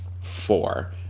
Four